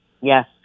Yes